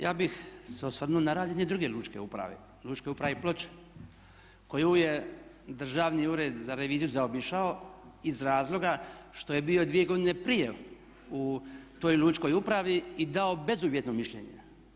Ja bih se osvrnuo na rad jedne druge lučke uprave, Lučke uprave Ploče koju je Državni ured za reviziju zaobišao iz razloga što je bio 2 godine prije u toj lučkoj upravi i dao bezuvjetno mišljenje.